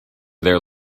there